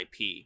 IP